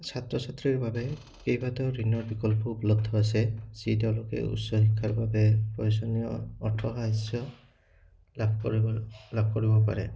ছাত্ৰ ছাত্ৰীৰ বাবে কেইবাটাও ঋণৰ বিকল্প উপলব্ধ আছে যি তেওঁলোকে উচ্চ শিক্ষাৰ বাবে প্ৰয়োজনীয় অৰ্থ সাহস্য লাভ কৰিব লাভ কৰিব পাৰে